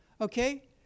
Okay